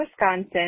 Wisconsin